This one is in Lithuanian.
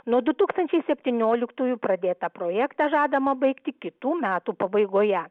nuo du tūkstančiai septynioliktųjų pradėtą projektą žadama baigti kitų metų pabaigoje